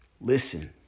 Listen